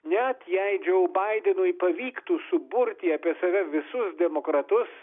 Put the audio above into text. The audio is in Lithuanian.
net jei džo baidenui pavyktų suburti apie save visus demokratus